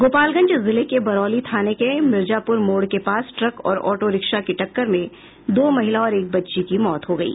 गोपालगंज जिले के बरौली थाने के मिर्जापुर मोड़ के पास ट्रक और ऑटोरिक्शा की टक्कर में दो महिला और एक बच्ची की मौत हो गयी